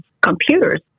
computers